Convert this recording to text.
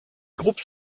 groupes